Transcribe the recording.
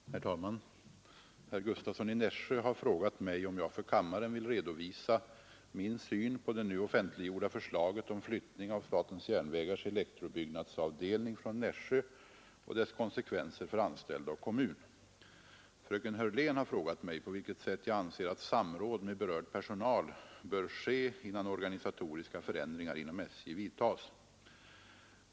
Herr talman! Herr Gustavsson i Nässjö har frågat mig om jag för kammaren vill redovisa min syn på det nu offentliggjorda förslaget om flyttning av SJ:s elektrobyggnadsavdelning från Nässjö och dess konsekvenser för anställda och kommun. Fröken Hörlén har frågat mig på vilket sätt jag anser att samråd med berörd personal bör ske, innan organisatoriska förändringar inom SJ vidtas.